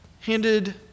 handed